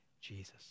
Jesus